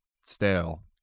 stale